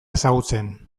ezagutzen